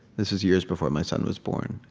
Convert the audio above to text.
this was years before my son was born.